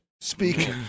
Speak